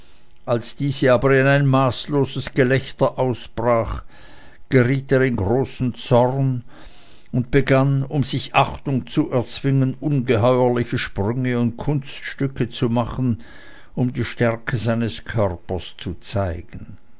als diese aber in ein maßloses gelächter ausbrach geriet er in großen zorn und begann um sich achtung zu erzwingen ungeheuerliche sprünge und kunststücke zu machen um die stärke seines körpers zu zeigen